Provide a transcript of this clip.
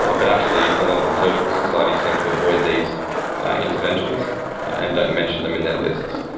ah but actually a lot of the surgical societies seem to avoid these interventions and don't mention them in their lists,